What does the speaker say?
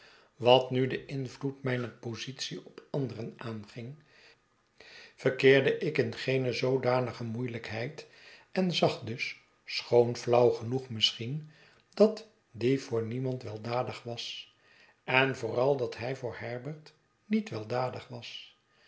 wat nu den invloed mijner positie op anderen aanging verkeerde ik in geene zoodanige moeielijkheid en zag dus schoon flauw genoeg misschien dat die voor niemand weldadig was en vooral dat hij voor herbert niet weldadig was